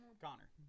Connor